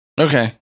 Okay